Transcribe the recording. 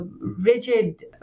rigid